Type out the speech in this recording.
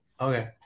Okay